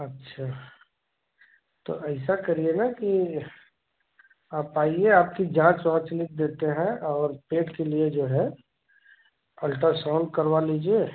अच्छा तो ऐसा करिए ना कि आप आइए आपकी जाँच वाँच लिख देते हैं और पेट के लिए जो है अल्ट्रासाउंड करवा लीजिए